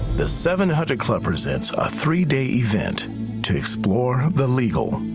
the seven hundred club presents a three-day event to explore the legal,